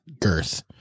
girth